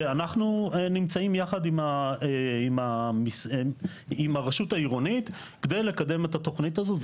ואנחנו נמצאים יחד עם הרשות העירונית כדי לקדם את התוכנית הזו.